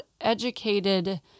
educated